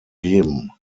geben